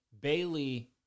Bailey